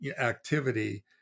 activity